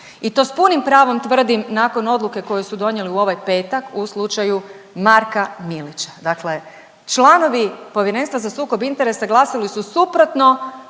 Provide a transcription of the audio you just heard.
i to s punim pravom tvrdim nakon odluke koju su donijeli u ovaj petak u slučaju Marka Milića. Dakle, članovi Povjerenstva za sukob interesa glasali su suprotno